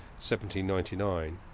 1799